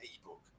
eBook